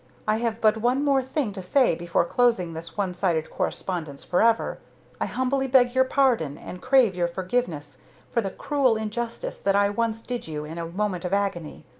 i have but one more thing to say before closing this one-sided correspondence forever i humbly beg your pardon and crave your forgiveness for the cruel injustice that i once did you in a moment of agony.